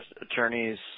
attorneys